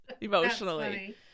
emotionally